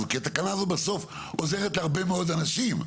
התקנה הזאת בסוף עוזרת להרבה מאוד אנשים.